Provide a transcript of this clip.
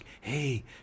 hey